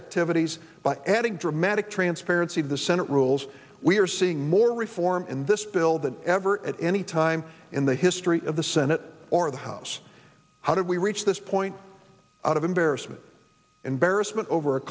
activities by adding dramatic transparency in the senate rules we are seeing more reform in this bill than ever at any time in the history of the senate or the house how do we reach the s point out of embarrassment embarrassment over a